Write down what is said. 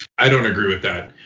i don't agree with that.